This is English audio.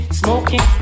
smoking